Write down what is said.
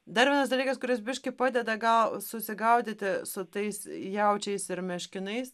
dar vienas dalykas kuris biškį padeda gal susigaudyti su tais jaučiais ir meškinais